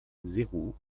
zéro